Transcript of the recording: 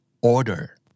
Order